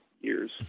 years